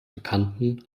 bekannten